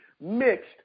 mixed